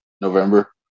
November